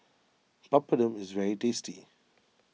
Papadum is very tasty